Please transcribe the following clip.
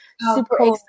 super